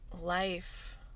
life